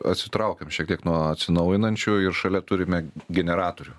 atsitraukiam šiek tiek nuo atsinaujinančių ir šalia turime generatorių